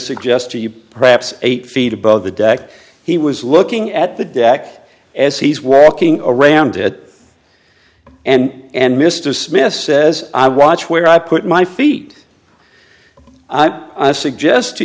suggest to you perhaps eight feet above the deck he was looking at the dac as he's walking around it and mr smith says i watch where i put my feet i suggest to